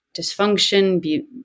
dysfunction